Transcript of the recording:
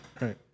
Right